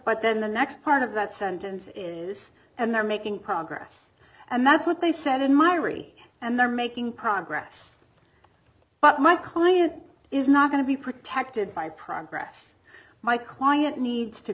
but then the next part of that sentence is and they're making progress and that's what they said in mari and they're making progress but my client is not going to be protected by progress my client needs to